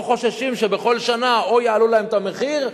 לא חוששים שבכל שנה או שיעלו להם את המחיר,